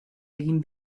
egin